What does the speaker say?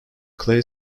clay